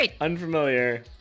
unfamiliar